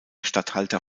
statthalter